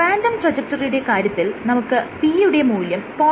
random ട്രജക്ടറിയുടെ കാര്യത്തിൽ നമുക്ക് P യുടെ മൂല്യം 0